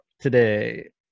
today